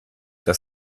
era